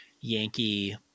Yankee